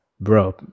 bro